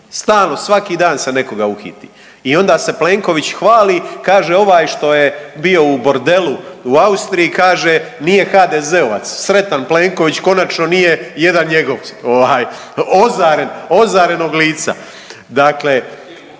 Stalno, svaki dan se nekoga uhiti i onda se Plenković hvali. Kaže: „Ovaj što je bio u bordelu u Austriji“, kaže: „nije HDZ-ovac.“ Sretan Plenković, konačno nije jedan njegov. Ozaren, ozarenog lica.